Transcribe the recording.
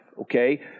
okay